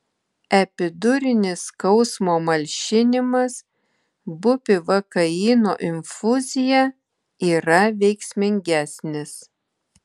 epidurinis skausmo malšinimas bupivakaino infuzija yra veiksmingesnis